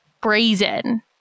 brazen